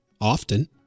often